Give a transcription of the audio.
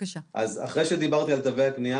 אחרי שדיברתי על תווי הקנייה,